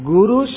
Guru